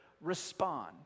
respond